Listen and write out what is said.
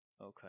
Okay